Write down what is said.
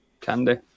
Candy